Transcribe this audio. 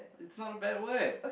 is not a bad word